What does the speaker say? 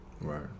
Right